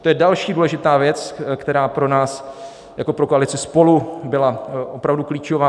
To je další důležitá věc, která pro nás jako pro koalici SPOLU byla opravdu klíčová.